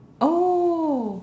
oh